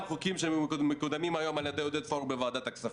חוקים שמקודמים היום על-ידי עודד פורר בוועדת הכספים.